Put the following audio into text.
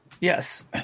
Yes